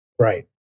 Right